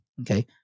okay